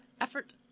effort